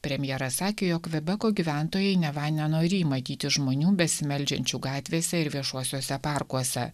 premjeras sakė jog kvebeko gyventojai neva nenorį matyti žmonių besimeldžiančių gatvėse ir viešuosiuose parkuose